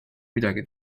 midagi